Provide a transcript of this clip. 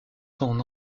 son